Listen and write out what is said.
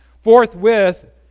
forthwith